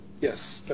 Yes